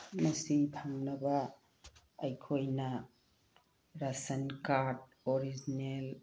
ꯃꯁꯤ ꯐꯪꯅꯕ ꯑꯩꯈꯣꯏꯅ ꯔꯁꯟ ꯀꯥꯔꯗ ꯑꯣꯔꯤꯖꯤꯅꯦꯜ